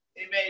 Amen